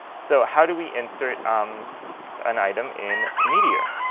so how do we insert um an item in meteor?